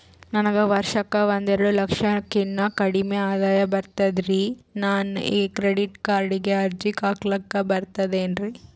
ನನಗ ವರ್ಷಕ್ಕ ಒಂದೆರಡು ಲಕ್ಷಕ್ಕನ ಕಡಿಮಿ ಆದಾಯ ಬರ್ತದ್ರಿ ನಾನು ಕ್ರೆಡಿಟ್ ಕಾರ್ಡೀಗ ಅರ್ಜಿ ಹಾಕ್ಲಕ ಬರ್ತದೇನ್ರಿ?